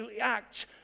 act